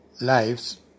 lives